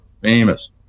famous